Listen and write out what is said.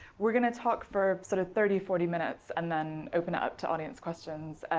we're going to talk for sort of thirty, forty minutes and then open up to audience questions.